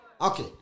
Okay